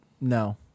no